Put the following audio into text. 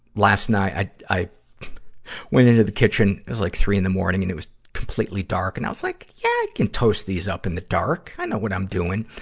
last night, i, i went into the kitchen. it was like three in the morning and it was completely dark. and i was like, yeah, i can toast these up in the dark. i know what i'm doing.